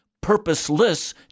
purposeless